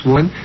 One